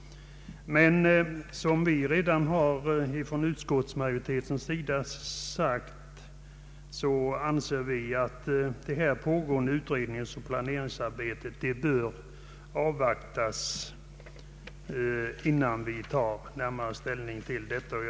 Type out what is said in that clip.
Utskottsmajoriteten anser att det pågående utredningsoch planeringsarbetet bör avvaktas innan vi tar närmare ställning till denna fråga.